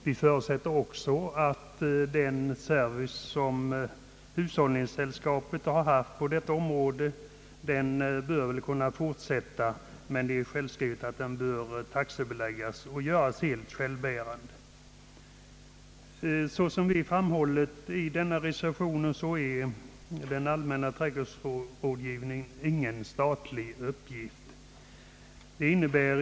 Vi förutsätter också att den service, som hushållningssällskapen lämnat på detta område, skall kunna fortsätta; men det är självklart att den bör taxebeläggas och göras heli självbärande. Såsom vi framhållit i vår reservation är den allmänna trädgårdsrådgivningen ingen statlig uppgift.